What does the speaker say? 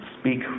speak